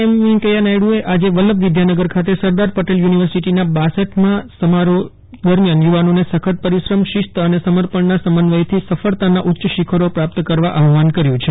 એમ વૈકયા નાયકચે આજે વલ્લભવિદ્યાનગર ખાતે સરદાર પટેલ યુનિવર્સિટીના કટ મા સમારોહ દરમ્યાન યુવાનોને સખત પરિશ્રમ શિસ્ત અને સમર્પણ ના સમન્વય થી સફળતાના ઉચ્ય શિખરો પ્રાપ્ત કરવા આહવાહન કર્યું છે